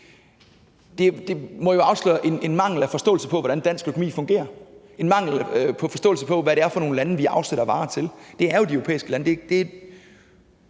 Det må jo afsløre en mangel på forståelse af, hvordan dansk økonomi fungerer, en mangel på forståelse af, hvad det er for nogle lande, vi afsætter varer til. Det er jo de europæiske lande.